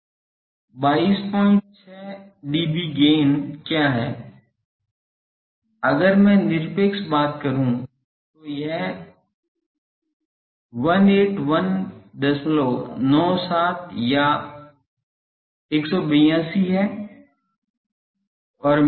226 dB gain क्या है अगर मैं निरपेक्ष बात करूं तो यह 18197 या 182 हैं